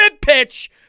pitch